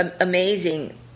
amazing